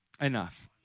Enough